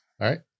right